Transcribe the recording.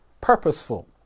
purposeful